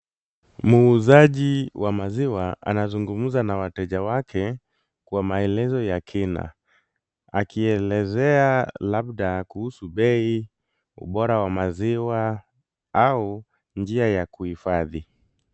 Muuzaji wa maziwa anazungumza na wateja wake kwa maelezo ya kina, akielezea labda kuhusu bei, ubora wa maziwa au njia ya kuhifadhi.